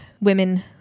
women